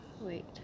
Wait